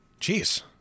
Jeez